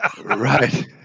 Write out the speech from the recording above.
Right